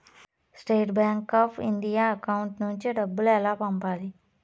State Bank of India account నుంచి డబ్బులు ఎలా పంపాలి?